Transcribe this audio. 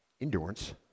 Endurance